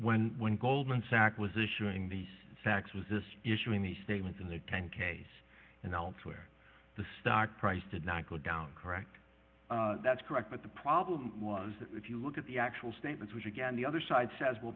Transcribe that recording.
the when goldman sachs was issuing these facts was this issuing these statements in the ten case and elsewhere the stock price did not go down correct that's correct but the problem was that if you look at the actual statements which again the other side says well